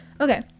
Okay